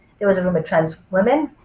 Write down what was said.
there was a room of trans women,